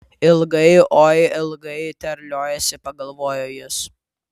ilgai oi ilgai terliojasi pagalvojo jis